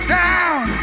down